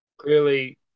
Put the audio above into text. clearly